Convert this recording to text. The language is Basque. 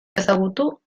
ezagutu